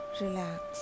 relax